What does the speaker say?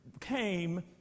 came